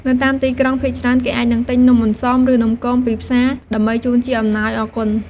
នៅតាមទីក្រុង ភាគច្រើនគេអាចនឹងទិញនំអន្សម ឬ នំគមពីផ្សារដើម្បីជូនជាអំណោយអរគុណ។